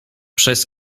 przez